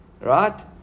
right